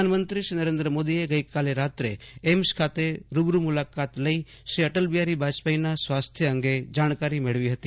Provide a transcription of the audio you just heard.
પ્રધાનમંત્રી શ્રીનરેન્દ્ર મોદીએ ંગઈકાલે રાત્રે એઈમ્સ ખાતે રૂબરૂ મુલાકાત લઈ શ્રી અટલબિહારી બાજપાઈના સ્વાસ્થ્ય અંગે જાણકારી મેળવી હતી